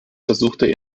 versuchte